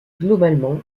globalement